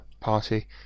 party